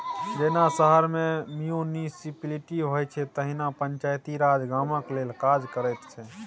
जेना शहर मे म्युनिसप्लिटी होइ छै तहिना पंचायती राज गामक लेल काज करैत छै